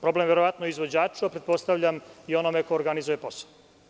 Problem je verovatno u izvođaču, a pretpostavljam i onome ko organizuje posao.